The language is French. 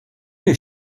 les